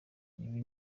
ibi